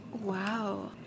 Wow